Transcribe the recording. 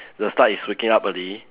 the start is waking up early